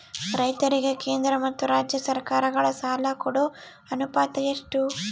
ರೈತರಿಗೆ ಕೇಂದ್ರ ಮತ್ತು ರಾಜ್ಯ ಸರಕಾರಗಳ ಸಾಲ ಕೊಡೋ ಅನುಪಾತ ಎಷ್ಟು?